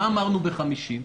מה אמרנו כשקבענו 50?